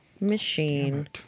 machine